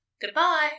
Goodbye